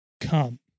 come